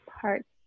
parts